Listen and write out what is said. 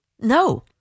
No